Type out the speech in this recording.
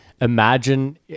imagine